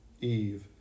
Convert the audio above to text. Eve